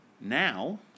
Now